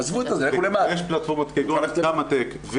יש פלטפורמות כגון קמאטק,